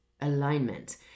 alignment